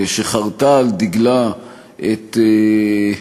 שחרתה על דגלה את,